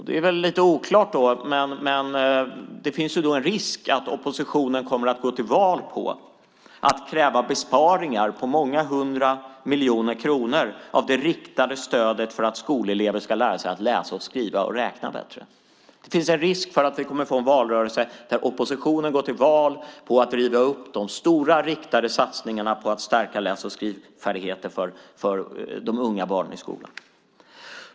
Det är lite oklart, men det finns en risk att oppositionen kommer att gå till val på att kräva besparingar på många hundra miljoner kronor av det riktade stödet för att skolelever ska lära sig att läsa, skriva och räkna bättre. Det finns en risk för att vi kommer att få en valrörelse där oppositionen går till val på att riva upp de stora riktade satsningarna på att stärka läs och skrivfärdigheterna för de yngsta barnen i skolan.